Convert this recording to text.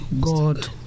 God